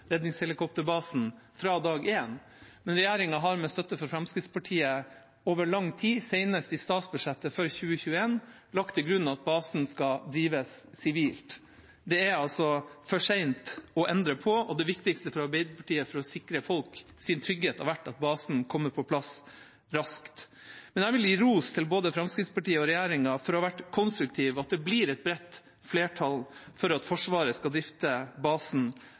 redningshelikopterbasen fra dag én, men regjeringa har med støtte fra Fremskrittspartiet over lang tid – senest i statsbudsjettet for 2021 – lagt til grunn at basen skal drives sivilt. Det er altså for sent å endre på, og det viktigste for Arbeiderpartiet for å sikre folks trygghet har vært at basen kommer på plass raskt. Men jeg vil gi ros til både Fremskrittspartiet og regjeringa for å ha vært konstruktiv, og at det blir et bredt flertall for at Forsvaret skal drifte basen